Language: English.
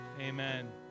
Amen